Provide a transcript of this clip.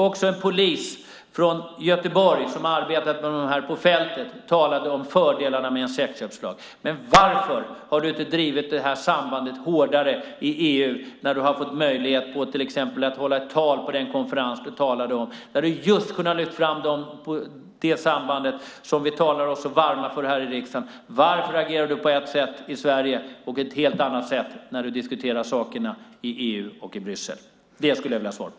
Också en polis från Göteborg som har arbetat med detta på fältet talade om fördelarna med en sexköpslag. Men varför har du inte drivit detta hårdare i EU, exempelvis när du hade möjlighet att hålla tal på den konferens du nämnde? Där kunde du ha lyft fram detta samband, som vi talar oss så varma för här i riksdagen. Varför agerar du på ett sätt i Sverige och ett helt annat sätt när du diskuterar sakerna i EU och i Bryssel? Det skulle jag vilja ha svar på.